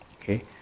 Okay